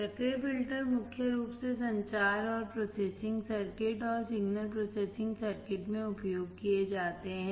सक्रिय फिल्टर मुख्य रूप से संचार और प्रोसेसिंग सर्किट और सिग्नल प्रोसेसिंग सर्किट में उपयोग किए जाते हैं